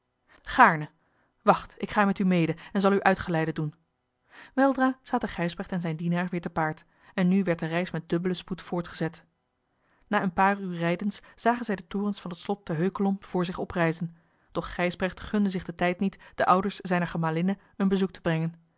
gaarne wacht ik ga met u mede en zal u uitgeleide doen weldra zaten gijsbrecht en zijn dienaar weer te paard en nu werd de reis met dubbelen spoed voortgezet na een paar uur rijdens zagen zij de forens van het slot te heukelom voor zich oprijzen doch gijsbrecht gunde zich den tijd niet de ouders zijner gemalinne een bezoek te brengen